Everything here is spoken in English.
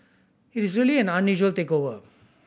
it is really an unusual takeover